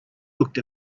looked